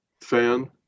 fan